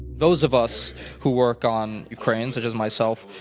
those of us who work on ukraine, such as myself,